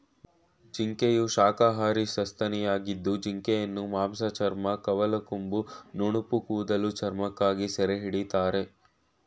ಜಿಂಕೆಯು ಶಾಖಾಹಾರಿ ಸಸ್ತನಿಯಾಗಿದ್ದು ಜಿಂಕೆಯನ್ನು ಮಾಂಸ ಚರ್ಮ ಕವಲ್ಕೊಂಬು ಹಾಗೂ ನುಣುಪುಕೂದಲ ಚರ್ಮಕ್ಕಾಗಿ ಸೆರೆಹಿಡಿತಾರೆ